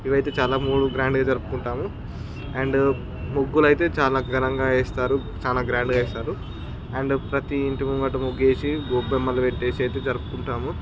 ఇవైతే చాలా మూడు గ్రాండ్గా జరుపుకుంటాము అండ్ ముగ్గులు అయితే చాలా ఘనంగా వేస్తారు చాలా గ్రాండ్గా వేస్తారు అండ్ ప్రతీ ఇంటి ముంగట ముగ్గేసి గొబ్బెమ్మలు పెట్టి అయితే జరుపుకుంటాము